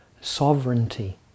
sovereignty